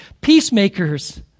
Peacemakers